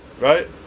right